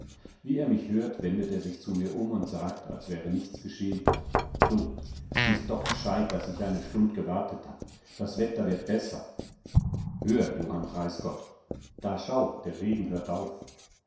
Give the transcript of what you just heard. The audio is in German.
wie er mich hört wendet er sich zu mir um und sagt als wäre nichts geschehen du s ist doch g'scheit daß ich eine stund gewartet hab das wetter wird besser hör johann preisgott da schau der regen hört auf